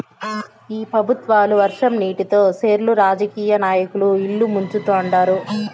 ఈ పెబుత్వాలు వర్షం నీటితో సెర్లు రాజకీయ నాయకుల ఇల్లు ముంచుతండారు